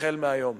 החל מהיום.